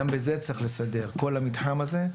וזה גם דבר שצריכים לסדר, את כל המתחם הזה.